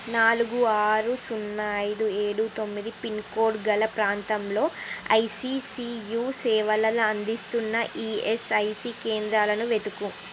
నాలుగు ఆరు సున్నా ఐదు ఏడు తొమ్మిది పిన్ కోడ్ గల ప్రాంతంలో ఐసీసీయు సేవలు అందిస్తున్న ఈఎస్ఐసి కేంద్రాలను వెతుకు